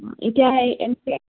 এতিয়া